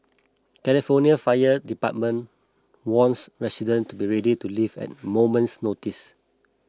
California Fire Department warns residents to be ready to leave at moment's notice